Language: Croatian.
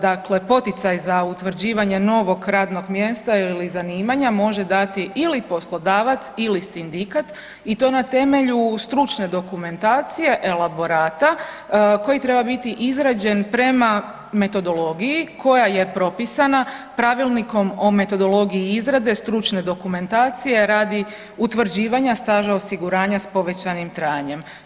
Dakle, poticaj za utvrđivanje novog radnog mjesta ili zanimanja može dati ili poslodavac ili sindikat i to na temelju stručne dokumentacije, elaborata koji treba biti izrađen prema metodologiji koja je propisana Pravilnikom o metodologiji izrade stručne dokumentacije radi utvrđivanja staža osiguranja s povećanim trajanjem.